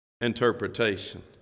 interpretation